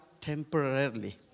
temporarily